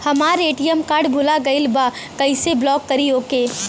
हमार ATM card भूला गईल बा कईसे ब्लॉक करी ओके?